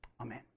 Amen